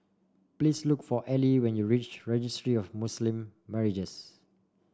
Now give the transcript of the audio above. please look for Ellie when you reach Registry of Muslim Marriages